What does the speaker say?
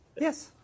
Yes